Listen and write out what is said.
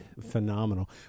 phenomenal